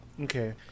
Okay